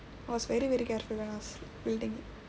I was very very careful when I was building it